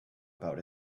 about